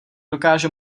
dokáže